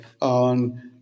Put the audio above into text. on